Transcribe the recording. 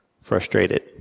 frustrated